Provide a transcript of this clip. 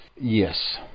Yes